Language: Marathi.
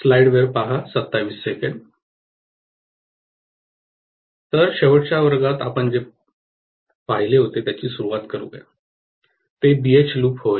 तर शेवटच्या वर्गात जेथे आपण सोडले होते त्याची सुरुवात करूया ते बीएच लूप होय